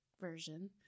version